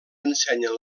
ensenyen